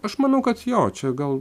aš manau kad jo čia gal